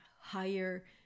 higher